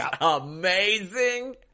amazing